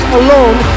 alone